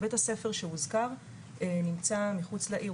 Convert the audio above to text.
בית הספר שהוזכר נמצא מחוץ לעיר,